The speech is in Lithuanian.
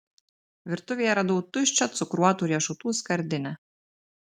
virtuvėje radau tuščią cukruotų riešutų skardinę